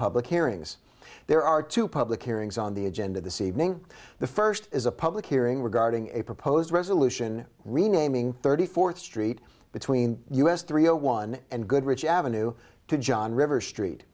public hearings there are two public hearings on the agenda this evening the first is a public hearing regarding a proposed resolution renaming thirty fourth street between us three zero one and goodrich avenue to john river street